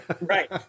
Right